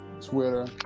Twitter